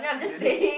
in the next